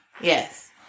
yes